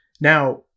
Now